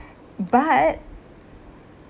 but